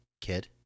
kid